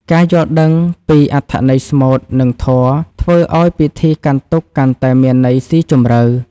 ការយល់ដឹងពីអត្ថន័យស្មូត និងធម៌ ធ្វើឱ្យពិធីកាន់ទុក្ខកាន់តែមានន័យស៊ីជម្រៅ។